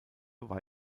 war